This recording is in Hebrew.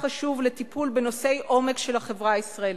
חשוב לטיפול בנושאי עומק של החברה הישראלית.